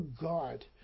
God